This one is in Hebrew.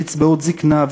קצבאות זיקנה,